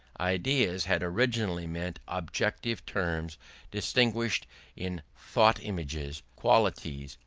ideas had originally meant objective terms distinguished in thought-images, qualities,